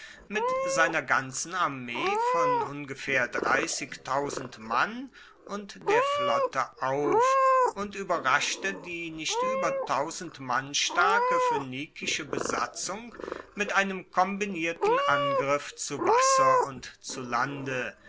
mit seiner ganzen armee von ungefaehr mann und der flotte auf und ueberraschte die nicht ueber mann starke phoenikische besatzung mit einem kombinierten angriff zu wasser und zu lande